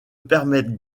permettent